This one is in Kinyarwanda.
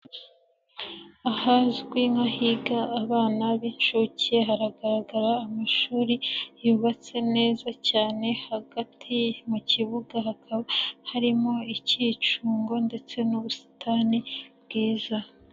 Ahazwi nk'ahiga abana b'inshuke hagaragara amashuri yubatse neza cyane, hagati mu kibuga hakaba harimo icyicungo ndetse n'ubusitani bwiza.